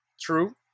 True